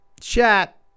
chat